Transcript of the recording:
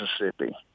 Mississippi